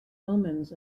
omens